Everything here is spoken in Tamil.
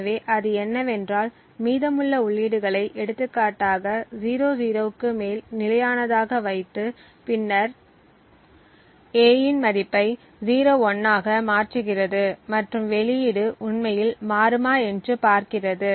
எனவே அது என்னவென்றால் மீதமுள்ள உள்ளீடுகளை எடுத்துக்காட்டாக 00 க்கு மேல் நிலையானதாக வைத்து பின்னர் A இன் மதிப்பை 01 ஆக மாற்றுகிறது மற்றும் வெளியீடு உண்மையில் மாறுமா என்று பார்க்கிறது